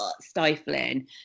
stifling